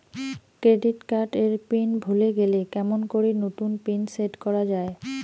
Credit card এর pin ভুলে গেলে কেমন করি নতুন পিন সেট করা য়ায়?